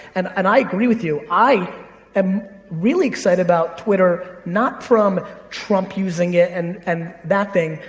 and and i agree with you. i am really excited about twitter, not from trump using it and and that thing,